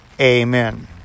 Amen